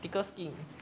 thicker skin